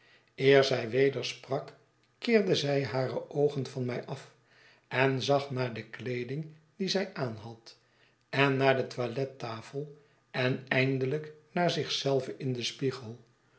eer zij weder sprak keerde zij hare oogen van mij af en zag naar de kleeding die zij aanhad en naar de toilettafel en eindelijk naar zich zelve in den spiegel